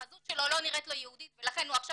החזות שלו לא נראית לו יהודית ולכן עכשיו